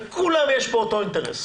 לכולנו יש פה את אותו אינטרס.